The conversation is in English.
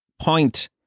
point